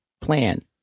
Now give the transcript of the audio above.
plan